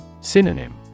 Synonym